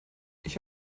ich